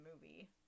movie